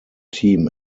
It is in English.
team